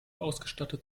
ausgestattet